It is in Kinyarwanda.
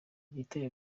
igiteye